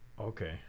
Okay